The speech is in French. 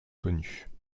connues